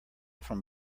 from